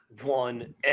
one